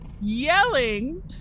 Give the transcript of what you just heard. yelling